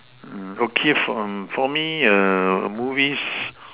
okay from for me movies